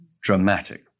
dramatic